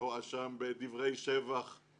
אני חושב שיש אחדות דעים לגבי החומרה של הצעת החוק הזאת.